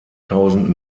tausend